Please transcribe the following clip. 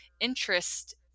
interest